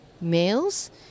males